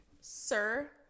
sir